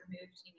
removed